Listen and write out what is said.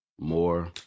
more